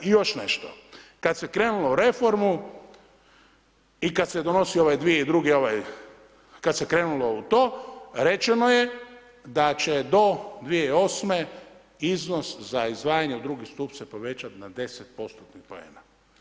I još nešto, kad se krenulo u reformu, i kad se donosilo 2002., krenulo u to, rečeno je da će do 2008. iznos za izdvajanje u drugi stup se povećat na 10%-tnih poena.